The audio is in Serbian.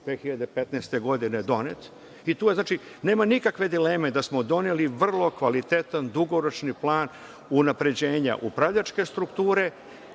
2015. godine donet. Znači, nema nikakve dileme da smo doneli vrlo kvalitetan dugoročni plan unapređenja upravljačke strukture,